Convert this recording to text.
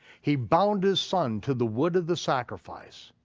he bound his son to the wood of the sacrifice.